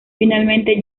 finalmente